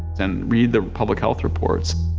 and read the public health reports.